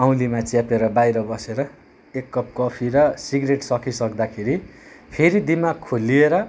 औँलीमा च्यापेर बाहिर बसेर एक कप कफी र सिग्रेट सकिसक्दाखेरि फेरि दिमाग खोलिएर